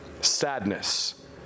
sadness